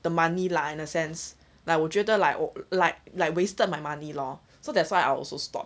the money lah in a sense like 我觉得 like like like wasted my money lor so that's why I also stop